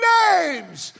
names